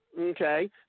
Okay